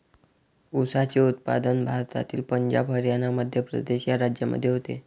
ऊसाचे उत्पादन भारतातील पंजाब हरियाणा मध्य प्रदेश या राज्यांमध्ये होते